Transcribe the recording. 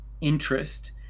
interest